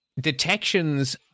detections